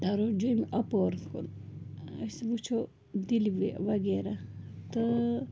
تَرو جیٚمہِ اَپور کُن أسۍ وٕچھو دِلہِ وِ وغیرہ تہٕ